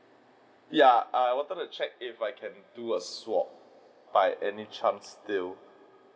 ya I wanted to check if I can do a swap by any chance still